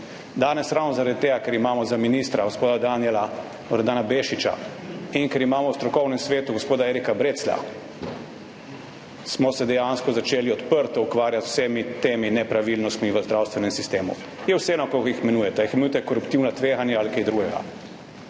se ravno zaradi tega, ker imamo za ministra gospoda Danijela Bešiča Loredana in ker imamo v strokovnem svetu gospoda Erika Breclja, dejansko začeli odprto ukvarjati z vsemi temi nepravilnostmi v zdravstvenem sistemu. Vseeno je, kako jih imenujete, ali jih imenujete koruptivna tveganja ali kaj drugega,